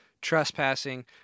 trespassing